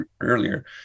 earlier